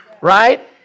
right